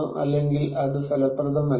അല്ലെങ്കിൽ അത് ഫലപ്രദമല്ലേ